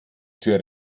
tür